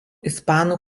ispanų